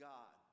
God